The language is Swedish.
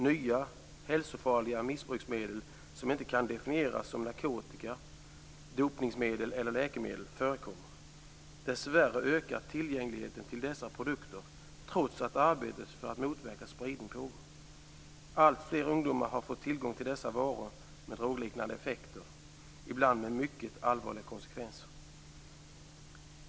Nya, hälsofarliga missbruksmedel som inte kan definieras som narkotika, dopningsmedel eller läkemedel förekommer. Dessvärre ökar tillgängligheten till dessa produkter, trots att arbetet för att motverka spridning pågår. Alltfler ungdomar har fått tillgång till dessa varor med drogliknande effekter, ibland med mycket allvarliga konsekvenser.